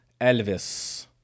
Elvis